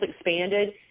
expanded